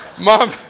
Mom